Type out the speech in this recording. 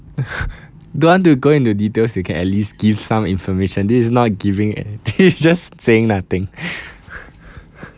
don't want to go into details you can at least give some information this is not giving eh this is just saying nothing